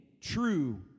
true